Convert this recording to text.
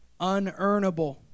unearnable